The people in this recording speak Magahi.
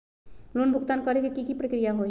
लोन भुगतान करे के की की प्रक्रिया होई?